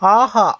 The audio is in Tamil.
ஆஹா